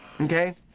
okay